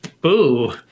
boo